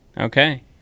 Okay